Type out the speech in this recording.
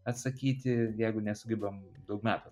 atsakyti jeigu nesugebam daug metų